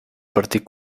partit